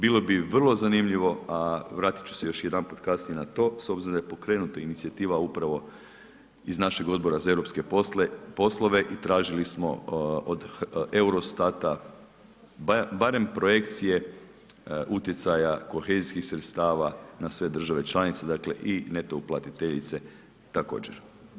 Bilo bi vrlo zanimljivo, a vratit ću se još jedanput kasnije na to s obzirom da je pokrenuta inicijativa upravo iz našeg Odbora za europske poslove i tražili smo od EUROSTAT-a barem projekcije utjecaja kohezijskih sredstava na sve države članice, dakle i neto uplatiteljice također.